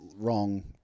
wrong